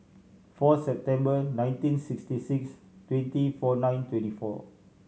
four September nineteen sixty six twenty four nine twenty four